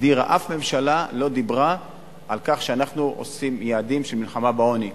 אף ממשלה לא דיברה על כך שאנחנו עושים יעדים של מלחמה בעוני.